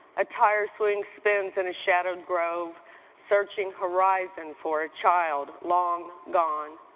a tire swing spins in a shadowed grove searching horizon for a child long gone.